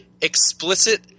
explicit